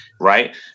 right